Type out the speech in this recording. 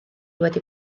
wedi